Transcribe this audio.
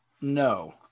No